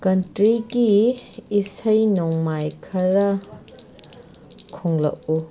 ꯀꯟꯇ꯭ꯔꯤꯒꯤ ꯏꯁꯩ ꯅꯣꯡꯃꯥꯏ ꯈꯔ ꯈꯣꯡꯂꯛꯎ